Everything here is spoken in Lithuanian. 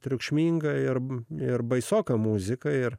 triukšminga ir ir baisoka muzika ir